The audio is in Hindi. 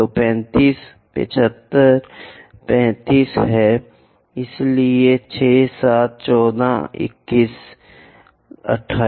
तो 35 7 5s 35 हैं इसलिए 6 7 14 21 28